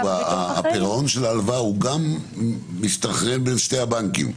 הפירעון של ההלוואה גם מסתנכרן בין שני הבנקים.